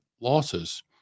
losses